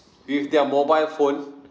with their mobile phone